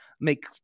make